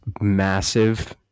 massive